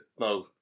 No